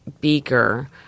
Beaker